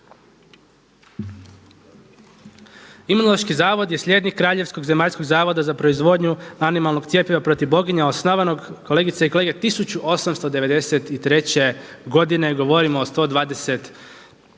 Imunološki zavod je slijednik Kraljevskog zemaljskog zavoda za proizvodnju animalnog cjepiva protiv boginja osnovanog kolegice i kolege 1893. godine. Govorimo o 130 godina